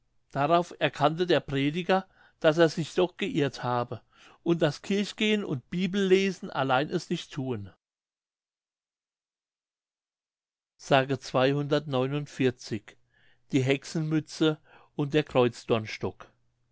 darauf erkannte der prediger daß er sich doch geirrt habe und daß kirchengehen und bibellesen allein es nicht thun die hexenmütze und der